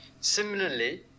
Similarly